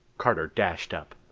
carter dashed up.